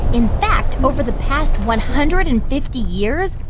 in fact, over the past one hundred and fifty years,